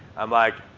i'm like,